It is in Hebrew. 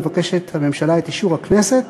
מבקשת הממשלה את אישור הכנסת